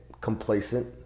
complacent